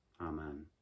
Amen